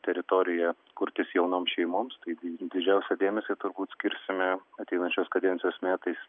teritorija kurtis jaunoms šeimoms taigi didžiausią dėmesį turbūt skirsime ateinančios kadencijos metais